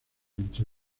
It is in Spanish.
entre